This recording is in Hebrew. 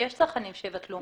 יש צרכנים שיבטלו.